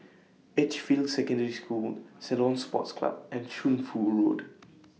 Edgefield Secondary School Ceylon Sports Club and Shunfu Road